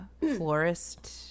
florist